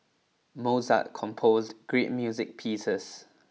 Mozart composed great music pieces